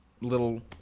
little